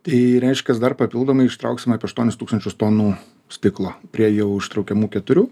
tai reiškias dar papildomai ištrauksim apie aštuonis tūkstančius tonų stiklo prie jau ištraukiamų keturių